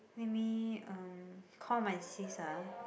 let me um call my sis ah